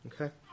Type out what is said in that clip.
Okay